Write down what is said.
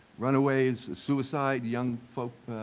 runaways, suicide, young folk,